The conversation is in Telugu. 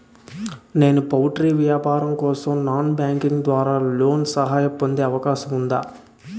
నేను పౌల్ట్రీ వ్యాపారం కోసం నాన్ బ్యాంకింగ్ ద్వారా లోన్ సహాయం పొందే అవకాశం ఉందా?